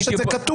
יש את זה כתוב.